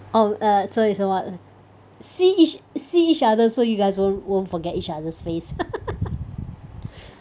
oh err so it's a what see each see each other so you guys won't won't forget each other's face